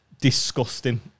disgusting